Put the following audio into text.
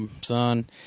son